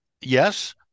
Yes